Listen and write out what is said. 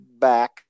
back